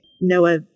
Noah